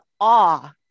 awe